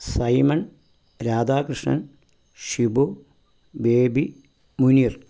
Simon Radhakrishnan Shibu Baby Muneer